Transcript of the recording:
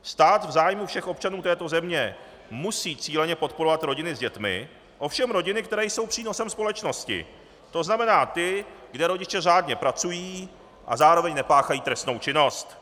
Stát v zájmu všech občanů této země musí cíleně podporovat rodiny s dětmi, ovšem rodiny, které jsou přínosem společnosti, to znamená ty, kde rodiče řádně pracují a zároveň nepáchají trestnou činnost.